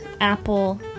apple